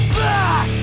back